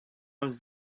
was